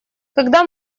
когда